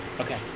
Okay